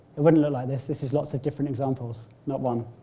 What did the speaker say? it wouldn't look like this, this is lots of different examples, not one.